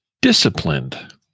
disciplined